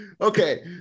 Okay